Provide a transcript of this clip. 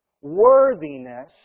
worthiness